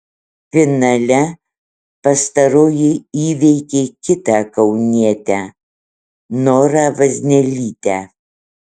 finale pastaroji įveikė kitą kaunietę norą vaznelytę